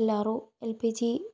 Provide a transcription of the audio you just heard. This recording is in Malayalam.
എല്ലാവരും എൽ പി ജി